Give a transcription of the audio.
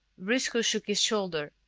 briscoe shook his shoulder.